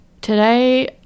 today